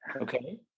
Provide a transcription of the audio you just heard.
Okay